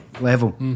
level